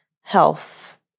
health